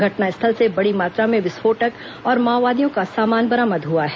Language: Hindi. घटनास्थल से बड़ी मात्रा में विस्फोटक और माओवादियों का सामान बरामद हुआ है